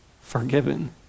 forgiven